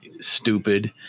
stupid